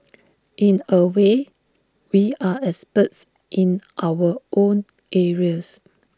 in A way we are experts in our own areas